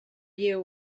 you